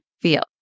feel